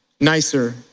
nicer